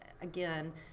again